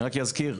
אזכיר,